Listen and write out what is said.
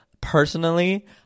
personally